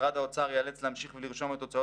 משרד האוצר יאלץ להמשיך ולרשום את הוצאות